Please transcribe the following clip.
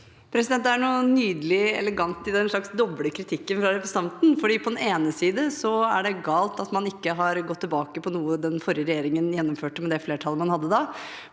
Det er noe nyde- lig og elegant i den slags dobbel kritikk fra representanten. På den ene siden er det galt at man ikke har gått tilbake på noe den forrige regjeringen gjennomførte med det flertallet man hadde